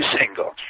single